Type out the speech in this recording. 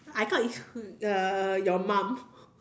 I thought it's who uh your mom